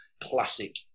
classic